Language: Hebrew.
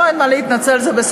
לא, אין מה להתנצל, זה בסדר.